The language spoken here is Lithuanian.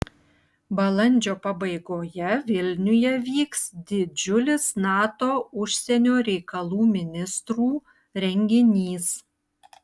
balandžio pabaigoje vilniuje vyks didžiulis nato užsienio reikalų ministrų renginys